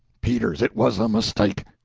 peters, it was a mistake.